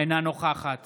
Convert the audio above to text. אינה נוכחת